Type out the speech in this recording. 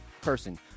person